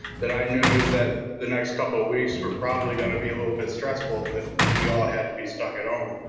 that i knew that the next couple of weeks were probably gonna be a little bit stressful if we all had to be stuck at home.